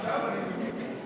אדוני יושב-ראש הכנסת,